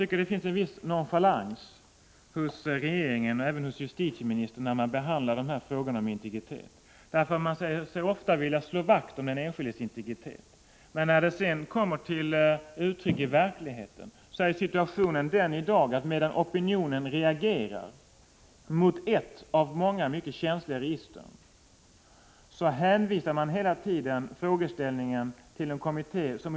Herr talman! Jag tycker att regeringen och även justitieministern visar en viss nonchalans när man behandlar frågor om integritet. Man säger sig så ofta vilja slå vakt om den enskildes integritet, men när detta sedan skall ta sig uttryck i verkligheten så är situationen den i dag att medan opinionen reagerar mot ett av många mycket känsliga register, så hänskjuter justitieministern hela tiden frågan till en kommitté.